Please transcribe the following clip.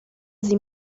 sie